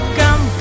come